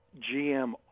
GM